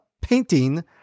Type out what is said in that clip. painting